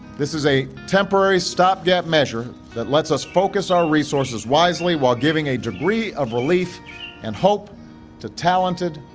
this is a temporary stopgap measure that let's us focus our resources wisely while giving a degree of relief and hope to talented,